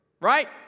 Right